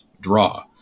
draw